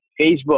Facebook